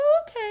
okay